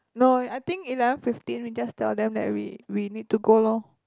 no I think eleven fifteen we just that them that we we need to go loh